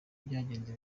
byagenze